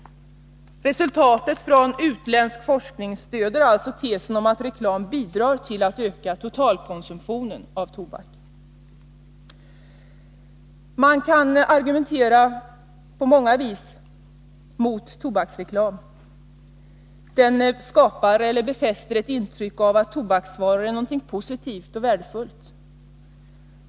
Resultatet av utländsk forskning stöder alltså tesen att reklam bidrar till att öka totalkonsumtionen av tobak. Följande argument kan anföras mot tobaksreklamen: — Reklamen skapar eller befäster ett intryck av att tobaksvaror är något positivt och värdefullt.